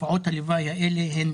תופעות הלוואי האלה הן